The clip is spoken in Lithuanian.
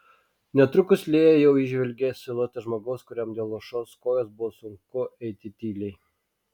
netrukus lėja jau įžvelgė siluetą žmogaus kuriam dėl luošos kojos buvo sunku eiti tyliai